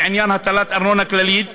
לעניין הטלת ארנונה כללית,